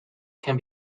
can